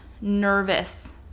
nervous